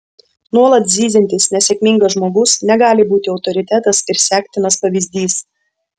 nuolat zyziantis nesėkmingas žmogus negali būti autoritetas ir sektinas pavyzdys